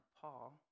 Paul